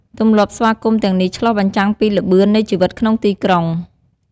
ទម្លាប់ស្វាគមន៍ទាំងនេះ ឆ្លុះបញ្ចាំងពីល្បឿននៃជីវិតក្នុងទីក្រុង។